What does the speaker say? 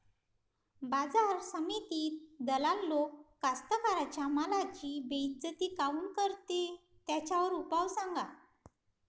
बाजार समितीत दलाल लोक कास्ताकाराच्या मालाची बेइज्जती काऊन करते? त्याच्यावर उपाव सांगा